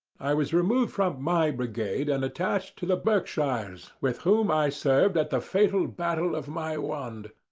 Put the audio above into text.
i was removed from my brigade and attached to the berkshires, with whom i served at the fatal battle of maiwand.